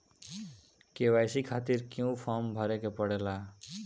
KYC खातिर क्यूं form भरे के पड़ेला?